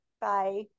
Bye